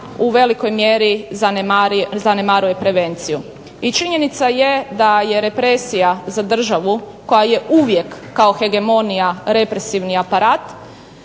u velikoj mjeri zanemaruje prevenciju i činjenica je da je represija za državu koja je uvijek kao hegemonija represivni aparat